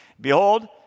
behold